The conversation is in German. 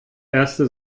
erste